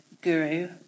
guru